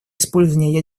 использование